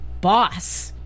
boss